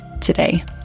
today